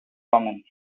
comments